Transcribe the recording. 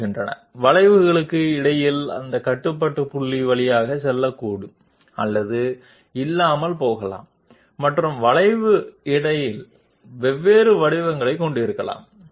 మధ్య కర్వ్స్ ఈ control points గుండా వెళ్ళవచ్చు లేదా ఉండకపోవచ్చు మరియు కర్వ్ మధ్యలో వేర్వేరు ఆకృతులను కలిగి ఉండవచ్చు